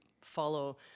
follow